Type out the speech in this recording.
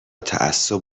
تعصب